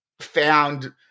found